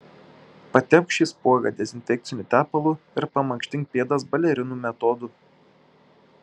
patepk šį spuogą dezinfekciniu tepalu ir pamankštink pėdas balerinų metodu